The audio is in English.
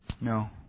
No